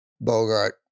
Bogart